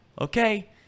okay